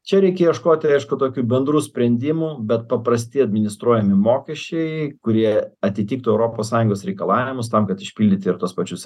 čia reikia ieškoti aišku tokių bendrų sprendimų bet paprasti administruojami mokesčiai kurie atitiktų europos sąjungos reikalavimus tam kad išpildyti ir tuos pačius